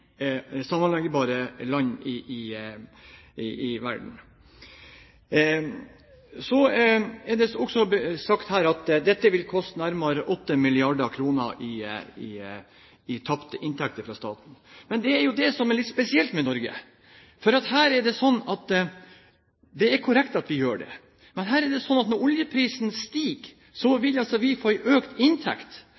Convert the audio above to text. enn sammenlignbare land i verden. Det er også sagt her at dette vil koste nærmere 8 mrd. kr i tapte inntekter til staten. Men det som er litt spesielt med Norge, er – og det er korrekt at vi får det – at når oljeprisen